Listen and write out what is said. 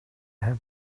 have